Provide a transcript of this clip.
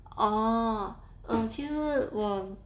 orh 即使我